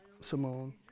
Simone